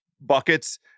buckets